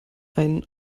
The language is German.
ein